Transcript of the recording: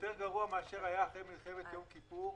יותר גרוע מאשר מה שהיה אחרי מלחמת יום כיפור.